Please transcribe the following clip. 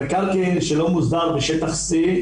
המקרקעין שלא מוסדר בשטח C,